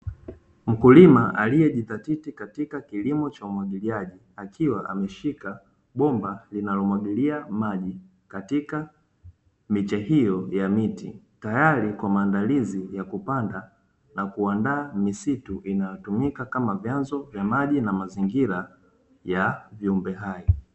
Mkulima aliyejizatiti katika kilimo cha umwagiliaji akiwa ameshika bomba linalomwagilia maji katika miche hiyo ya miti, tayari kwa maandalizi ya kupanda na kuandaa misitu inayotumika kama vyanzo vya maji na mazingira ya viumbe hai.